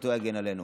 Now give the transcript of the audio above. זכותו תגן עלינו,